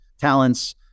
talents